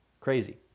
Crazy